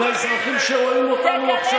לאזרחים שרואים אותנו עכשיו?